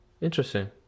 Interesting